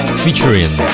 featuring